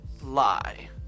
lie